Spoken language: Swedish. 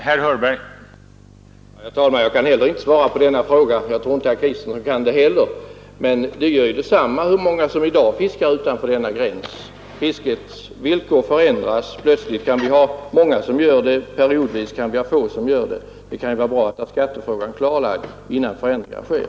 Herr talman! Jag kan lika litet svara på den frågan. Jag tror inte att herr Kristenson kan det heller. Men det gör ju detsamma hur många som i dag fiskar utanför denna gräns. Fiskets villkor förändras. Plötsligt kan det vara många som fiskar utanför gränsen. Periodvis kan det vara få som gör det. Det kan ju vara bra att ha skattefrågan klarlagd innan förändringar sker.